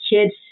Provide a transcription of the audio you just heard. kids